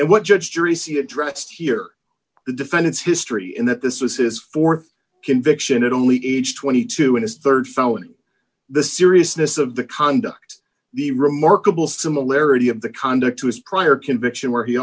and what judge jury see addressed here the defendant's history in that this was his th conviction it only age twenty two in his rd felony the seriousness of the conduct the remarkable similarity of the conduct to his prior conviction where he